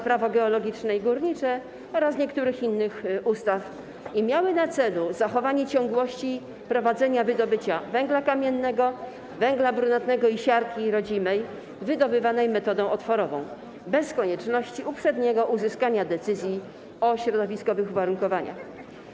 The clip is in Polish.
Prawo geologiczne i górnicze oraz niektórych innych ustaw i miały na celu zachowanie ciągłości prowadzenia wydobycia węgla kamiennego, węgla brunatnego i siarki rodzimej wydobywanej metodą otworową bez konieczności uprzedniego uzyskania decyzji o środowiskowych uwarunkowaniach.